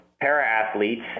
para-athletes